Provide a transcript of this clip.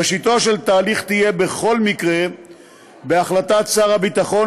ראשיתו של התהליך תהיה בכל מקרה בהחלטת שר הביטחון